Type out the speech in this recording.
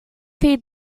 feed